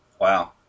Wow